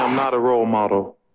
um not a role model